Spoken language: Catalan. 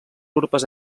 urpes